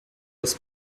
das